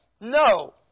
No